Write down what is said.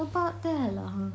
about there lah !huh!